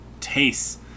tastes